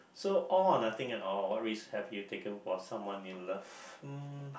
so all or nothing at all what risk have taken for someone you love uh